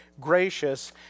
gracious